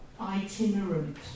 itinerant